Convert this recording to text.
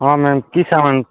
ହଁ ମ୍ୟାମ୍ କି ସାମାନ୍